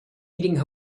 eating